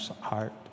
heart